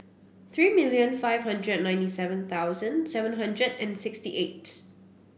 three million five hundred and ninety seven thousand seven hundred and sixty eight